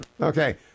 Okay